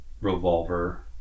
revolver